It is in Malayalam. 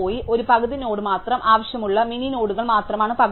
അതിനാൽ ഒരു പകുതി നോഡ് മാത്രം ആവശ്യമുള്ള മിനി നോഡുകൾ മാത്രമാണ് പകുതി